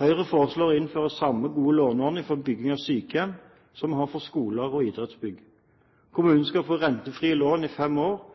Høyre foreslår å innføre samme gode låneordning for bygging av sykehjem som vi har for skoler og idrettsbygg. Kommunene skal få rentefrie lån i fem år